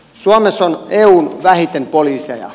suomessa on eun vähiten poliiseja